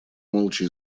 молча